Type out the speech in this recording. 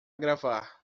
gravar